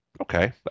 Okay